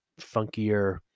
funkier